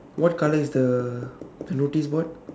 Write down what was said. what color is the noticeboard